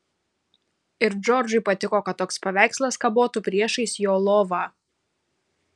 ir džordžui patiko kad toks paveikslas kabotų priešais jo lovą